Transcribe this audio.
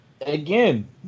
Again